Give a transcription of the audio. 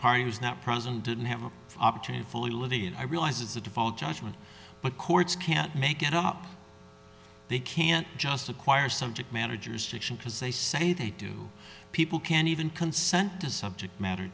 party was not present didn't have an opportunity fully lety and i realize it's a default judgment but courts can't make it up they can't just acquire subject managers fiction because they say they do people can't even consent to subject matter